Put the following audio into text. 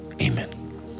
amen